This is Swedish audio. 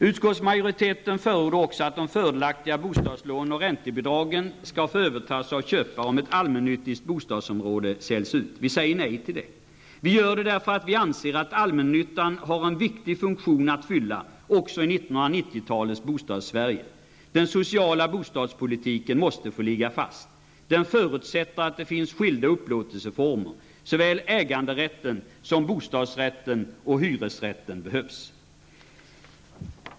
Utskottsmajoriteten förordar också att de fördelaktiga bostadslånen och räntebidragen skall få övertas av köparen om ett allmännyttigt bostadsområde säljs ut. Vi säger nej till detta. Vi gör det därför att vi anser att allmännyttan har en viktigt funktion att fylla också i 1990-talets Bostadssverige. Den sociala bostadspolitiken måste få ligga fast. Den förutsätter att det finns skilda upplåtelseformer. Såväl äganderätten som bostadsrätten och hyresrätten behövs.